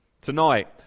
Tonight